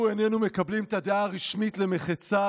"אנחנו איננו מקבלים את הדעה הרשמית למחצה,